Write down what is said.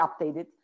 updated